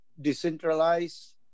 decentralized